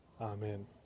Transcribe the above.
Amen